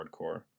hardcore